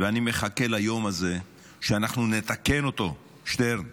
ואני מחכה ליום הזה שאנחנו נתקן אותו, שטרן,